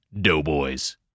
Doughboys